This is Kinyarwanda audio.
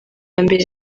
mbere